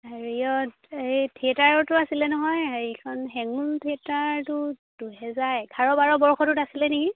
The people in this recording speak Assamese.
হেৰিয়ত এই থিয়েটাৰতো আছিলে নহয় হেৰিখন হেঙুল থিয়েটাৰটো দুহেজাৰ এঘাৰ বাৰ বৰ্ষটোত আছিলে নেকি